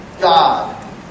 God